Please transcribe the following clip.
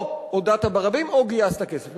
או הודעת ברבים, או גייסת כסף.